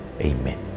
Amen